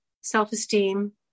self-esteem